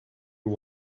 you